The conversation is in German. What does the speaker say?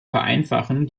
vereinfachen